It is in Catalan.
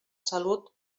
salut